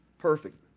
Perfect